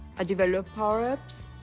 i develop power apps.